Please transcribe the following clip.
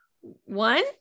One